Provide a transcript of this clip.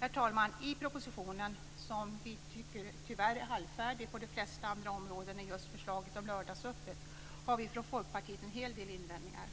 Herr talman! Mot propositionen, som vi tyvärr tycker är halvfärdig på de flesta andra områden än just förslaget om lördagsöppet, har vi från Folkpartiet en hel del invändningar.